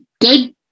good